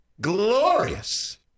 Glorious